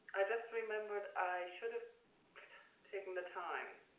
i just remembered i should have taken the time.